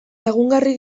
lagungarri